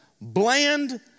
bland